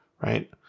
right